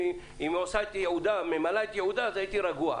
אם היא ממלאת את ייעודה הייתי רגוע.